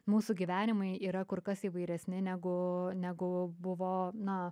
mūsų gyvenimai yra kur kas įvairesni negu negu buvo na